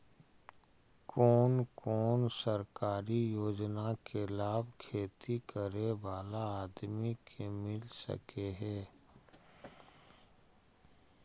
कोन कोन सरकारी योजना के लाभ खेती करे बाला आदमी के मिल सके हे?